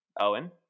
Owen